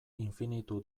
infinitu